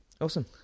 Awesome